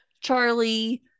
Charlie